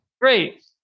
Great